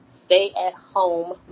stay-at-home